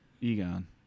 Egon